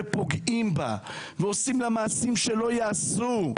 פוגעים בה ועושים לה מעשים שלא יעשו.